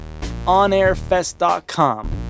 onairfest.com